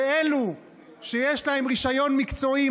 ואלו שיש להם רישיון מקצועי,